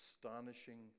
Astonishing